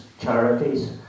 charities